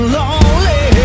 lonely